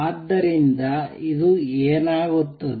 ಆದ್ದರಿಂದ ಇದು ಏನಾಗುತ್ತದೆ